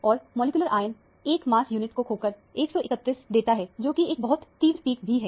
और molecular ion 1 mass unit को खोकर 131 देता है जोकि एक बहुत तीव्र पीक भी है